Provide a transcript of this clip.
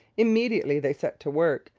immediately they set to work,